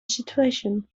situation